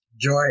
joy